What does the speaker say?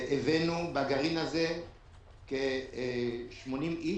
הבאנו בגרעין הזה כ-80 איש,